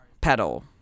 pedal